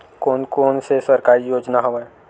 कोन कोन से सरकारी योजना हवय?